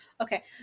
okay